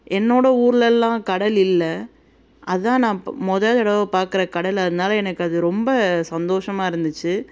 என்னோடய ஊர்லெல்லாம் கடல் இல்லை அதுதான் நான் இப்போ மொதல் தடவை பார்க்குற கடல் அதனால் எனக்கு அது ரொம்ப சந்தோஷமாக இருந்துச்சு